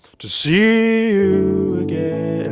to see you again.